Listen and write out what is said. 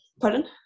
pardon